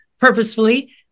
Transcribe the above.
purposefully